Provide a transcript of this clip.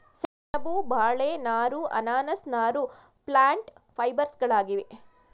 ಸೆಣಬು, ಬಾಳೆ ನಾರು, ಅನಾನಸ್ ನಾರು ಪ್ಲ್ಯಾಂಟ್ ಫೈಬರ್ಸ್ಗಳಾಗಿವೆ